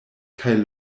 kaj